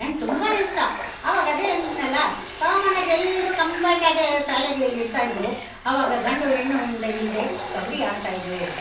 ನಂಗೆ ತುಂಬಾನೇ ಇಷ್ಟ ಅವಾಗ ಅದೇ ದ್ನಲ್ಲ ಕಾಮನಾಗಿ ಎಲ್ಲರೂ ಕಂಬೈನ್ಡಾಗಿ ಶಾಲೆಗಳಲ್ಲಿ ಇರ್ತಾ ಇದ್ವಿ ಅವಾಗ ಗಂಡು ಹೆಣ್ಣು ಎಂದು ಇಲ್ದೇ ಕಬಡ್ಡಿ ಆಡ್ತಾ ಇದ್ವಿ